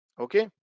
okay